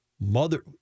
mother